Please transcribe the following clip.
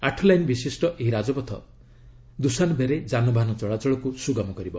ଆଠ ଲାଇନ୍ ବିଶିଷ୍ଟ ଏହି ରାଜପଥ ଦୁଶାନ୍ବେ ରେ ଯାନବାହନ ଚଳାଚଳକୁ ସୁଗମ କରିବ